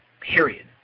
period